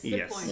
yes